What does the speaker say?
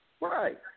Right